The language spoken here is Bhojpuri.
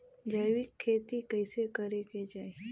जैविक खेती कइसे करे के चाही?